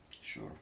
Sure